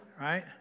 Right